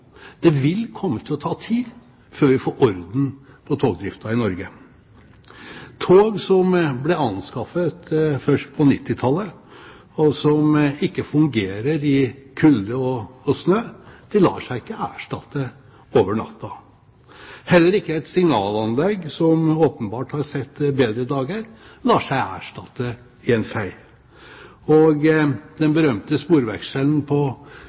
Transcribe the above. Det vil komme til å ta tid før vi får orden på togdriften i Norge. Tog som ble anskaffet først på 1990-tallet, og som ikke fungerer i kulde og snø, lar seg ikke erstatte over natta. Heller ikke et signalanlegg som åpenbart har sett bedre dager, lar seg erstatte i en fei. Den berømte sporvekselen på